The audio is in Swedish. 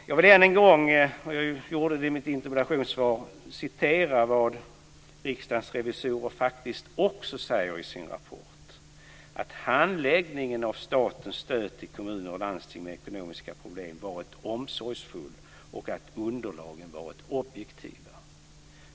Jag vill än en gång - jag gjorde det i mitt interpellationssvar - referera vad Riksdagens revisorer faktiskt också säger i sin rapport, att handläggningen av statens stöd till kommuner och landsting med ekonomiska problem varit omsorgsfull och att underlagen varit objektiva.